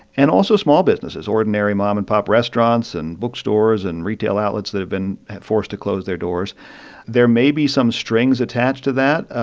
and also small businesses, ordinary mom and pop restaurants and bookstores and retail outlets that have been forced to close their doors there may be some strings attached to that.